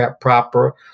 proper